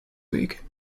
week